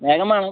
വേഗം വേണം